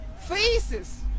faces